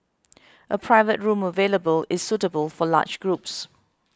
a private room available is suitable for large groups